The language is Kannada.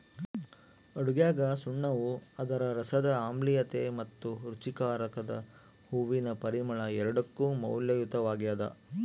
ಅಡುಗೆಗಸುಣ್ಣವು ಅದರ ರಸದ ಆಮ್ಲೀಯತೆ ಮತ್ತು ರುಚಿಕಾರಕದ ಹೂವಿನ ಪರಿಮಳ ಎರಡಕ್ಕೂ ಮೌಲ್ಯಯುತವಾಗ್ಯದ